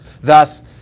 Thus